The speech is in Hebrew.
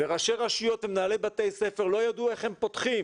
וראשי הרשויות ומנהלי בתי הספר לא ידעו איך הם פותחים.